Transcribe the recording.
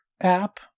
app